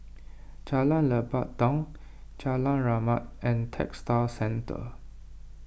Jalan Lebat Daun Jalan Rahmat and Textile Centre